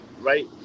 right